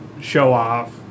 show-off